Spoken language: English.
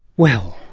well,